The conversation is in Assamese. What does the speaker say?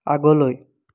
আগলৈ